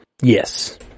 Yes